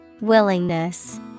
willingness